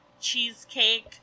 cheesecake